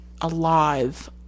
alive